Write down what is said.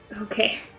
Okay